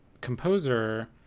composer